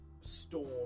Storm